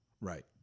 right